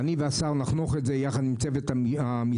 אני והשר נחנוך את זה יחד עם צוות המשרד.